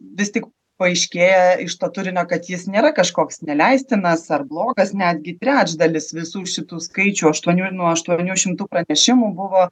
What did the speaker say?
vis tik paaiškėja iš to turinio kad jis nėra kažkoks neleistinas ar blogas netgi trečdalis visų šitų skaičių aštuonių nuo aštuonių šimtų pranešimų buvo